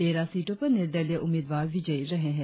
तेरह सीटों पर निर्दलीय उम्मीदवार विजयी रहे हैं